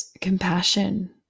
compassion